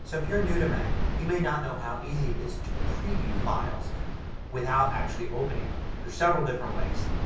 so if you're new to mac you may not know how easy it is to preview files without actually opening them. there's several different ways.